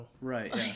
Right